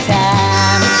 time